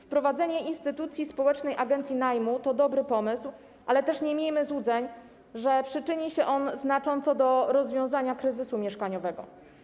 Wprowadzenie instytucji społecznej agencji najmu to dobry pomysł, ale też nie miejmy złudzeń, że przyczyni się on znacząco do rozwiązania kryzysu mieszkaniowego.